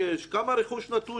כמה רכוש נטוש יש.